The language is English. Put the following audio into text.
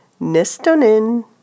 nestonin